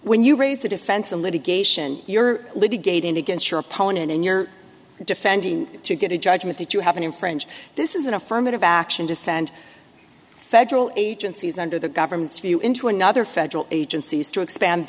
when you raise the defense in litigation you're litigating against your opponent and your defendant to get a judgment that you haven't infringe this is an affirmative action to send federal agencies under the government's view into another federal agencies to expand